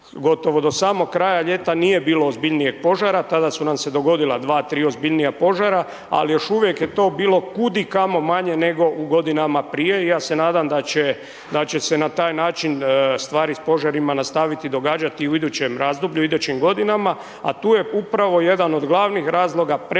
gotovo do samog kraja ljeta nije bilo ozbiljnijeg požara, tada su nam se dogodila dva, tri ozbiljnija požara, ali još uvijek je to bilo kudikamo manje nego u godinama prije i ja se nadam da će se na taj način stvari s požarima nastaviti događati u idućem razdoblju, u idućim godinama, a tu je upravo jedan od glavnih razloga prevencija,